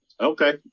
Okay